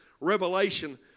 revelation